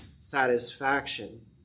satisfaction